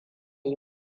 yi